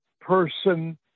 person